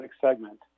segment